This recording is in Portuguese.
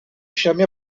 chame